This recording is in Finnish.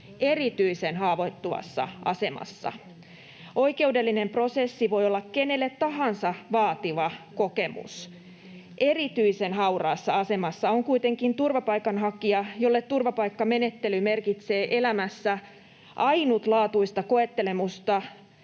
erityisen haavoittuvassa asemassa. Oikeudellinen prosessi voi olla kenelle tahansa vaativa kokemus. Erityisen hauraassa asemassa on kuitenkin turvapaikanhakija, jolle turvapaikkamenettely merkitsee elämässä ainutlaatuista koettelemusta,